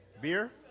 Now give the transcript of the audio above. Beer